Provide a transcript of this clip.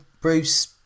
Bruce